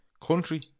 Country